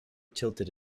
tilted